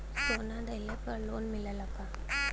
सोना दहिले पर लोन मिलल का?